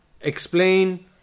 explain